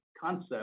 concept